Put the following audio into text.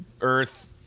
Earth